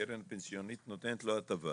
כן, הקרן הפנסיונית נותנת לו הטבה